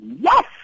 Yes